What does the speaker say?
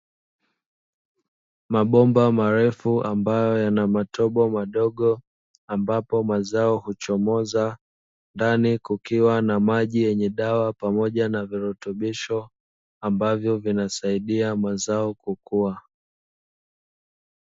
Mabomba marefu ambayo yanamatobo madogo ambapo mazao huchomoza, ndani kukiwa na maji yenye dawa pamoja na virutubisho ambavyo vinasaidia mazao kukua.